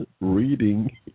reading